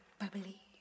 bubbly